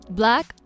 black